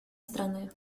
страны